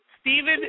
Stephen